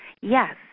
yes